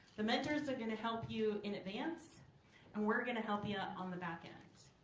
the mentors are going to help you in advance and we're going to help you on the back end.